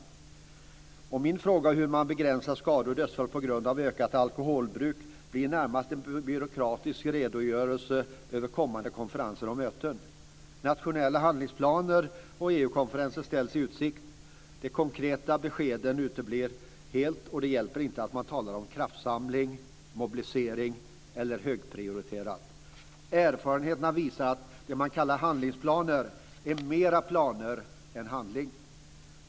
Som svar på min fråga om hur man begränsar skador och dödsfall på grund av ökat alkoholbruk blir det närmast en byråkratisk redogörelse över kommande konferenser och möten. Nationella handlingsplaner och EU-konferenser ställs i utsikt. De konkreta beskeden uteblir helt. Det hjälper inte att tala om "kraftsamling", "mobilisering" eller "högprioriterat". Erfarenheterna visar att det man kallar för handlingsplaner mer är planer än handling.